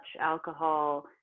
alcohol